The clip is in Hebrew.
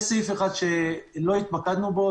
יש סעיף אחד שלא התמקדנו בו,